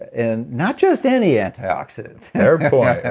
and not just any antioxidants fair point,